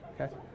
okay